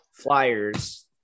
Flyers